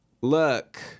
look